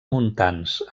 muntants